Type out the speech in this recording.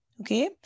Okay